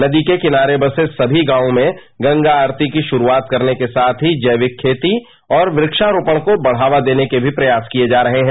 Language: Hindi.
नदी के किनारे बसे सभी गांवों में गंगा आस्ती की शुरुआत करने के साथ ही जैविक खेती और वृद्वारोपण को बढ़ावा देने के भी प्रयास किए जा रहे हैं